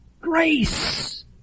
Grace